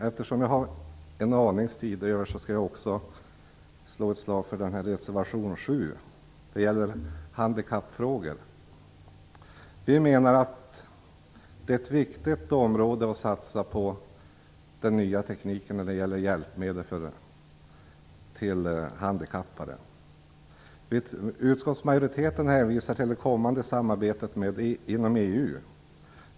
Eftersom jag har tid på mig skall jag också slå ett slag för reservation 7 - den gäller handikappfrågor. Vi menar att det är viktigt att satsa på den nya tekniken när det gäller hjälpmedel till handikappade. Utskottsmajoriteten hänvisar till det kommande samarbetet inom EU.